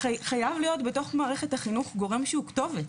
חייב להיות בתוך מערכת החינוך גורם מתכלל שהוא כתובת.